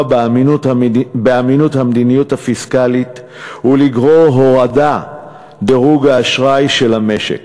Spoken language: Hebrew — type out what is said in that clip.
באמינות המדיניות הפיסקלית ולגרור הורדת דירוג האשראי של המשק.